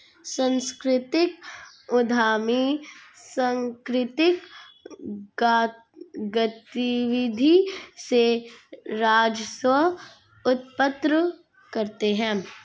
सांस्कृतिक उद्यमी सांकृतिक गतिविधि से राजस्व उत्पन्न करते हैं